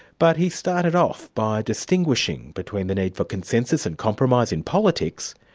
but he started off by distinguishing between the need for consensus and compromise in politics,